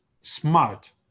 smart